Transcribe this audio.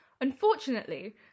Unfortunately